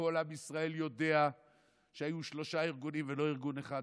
כל עם ישראל יודע שהיו שלושה ארגונים ולא ארגון אחד,